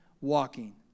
walking